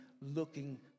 looking